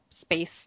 space